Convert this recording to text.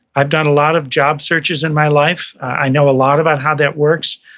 i've done a lot of job searches in my life. i know a lot about how that works.